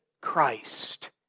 Christ